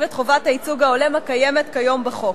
את חובת הייצוג ההולם הקיימת כיום בחוק.